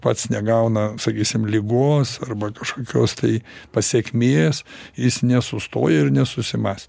pats negauna sakysim ligos arba kažkokios tai pasekmės jis nesustoja ir nesusimąs